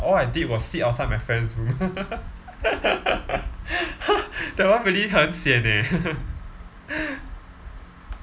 all I did was sit outside my friend's room that one really 很 sian eh